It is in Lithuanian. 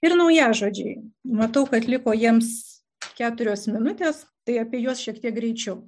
ir naujažodžiai matau kad liko jiems keturios minutės tai apie juos šiek tiek greičiau